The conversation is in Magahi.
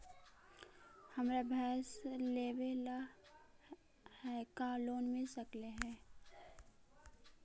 हमरा भैस लेबे ल है का लोन मिल सकले हे?